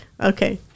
Okay